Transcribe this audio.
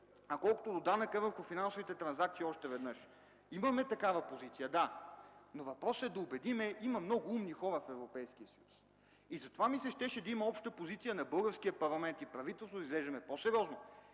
А колкото до данъка върху финансовите транзакции, още веднъж – да, имаме такава позиция. Но въпросът е да ги убедим, има много умни хора в Европейския съюз. И затова ми се щеше да има обща позиция на българския парламент и правителството, да изглеждаме по-сериозно